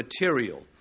material